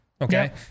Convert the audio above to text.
okay